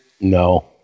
No